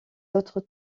autres